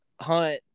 hunt